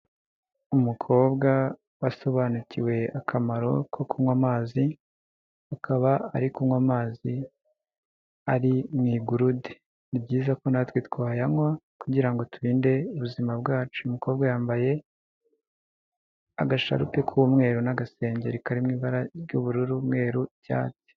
Umukobwa wasobanukiwe akamaro ko kunywa amazi, akaba ari kunywa amazi ari mu igurude. Ni byiza ko natwe twayanywa kugira ngo turinde ubuzima bwacu. Umukobwa yambaye agasharupe k'umweru n'agasengeri karimo mu ibara ry'ubururu, umweruru, icyatsi.